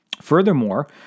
Furthermore